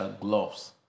gloves